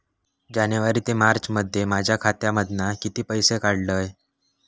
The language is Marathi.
जानेवारी ते मार्चमध्ये माझ्या खात्यामधना किती पैसे काढलय?